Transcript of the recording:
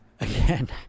again